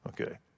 Okay